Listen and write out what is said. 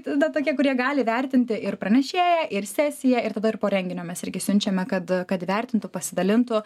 tada tokie kurie gali įertinti ir pranešėją ir sesiją ir tada ir po renginio mes irgi siunčiame kad e kad įvertintų pasidalintų